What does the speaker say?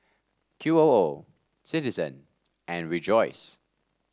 Q O O Citizen and Rejoice